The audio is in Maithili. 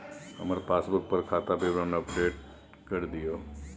हमर पासबुक पर खाता विवरण अपडेट कर दियो